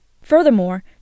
Furthermore